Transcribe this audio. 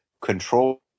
control